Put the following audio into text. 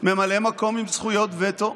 ממלא מקום עם זכויות וטו?